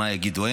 מה הם יגידו.